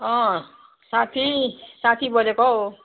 अँ साथी साथी बोलेको